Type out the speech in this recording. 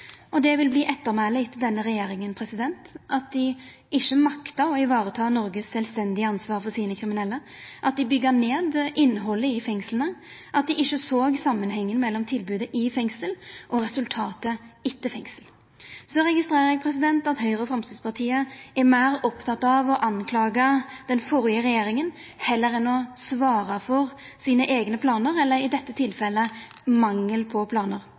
Det vil verta ettermælet til denne regjeringa at dei ikkje maktar i vareta Noregs sjølvstendige ansvar for sine kriminelle, at dei byggjer ned innhaldet i fengsla, og at dei ikkje såg samanhengen mellom tilbodet i fengsel og resultatet etter fengsel. Så registrerer eg at Høgre og Framstegspartiet er meir opptekne av å klandra den førre regjeringa heller enn å svara for sine eigne planar – eller i dette tilfellet mangelen på planar.